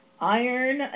iron